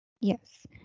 Yes